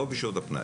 לא בשעות הפנאי,